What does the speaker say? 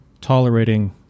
tolerating